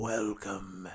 Welcome